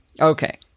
Okay